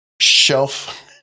shelf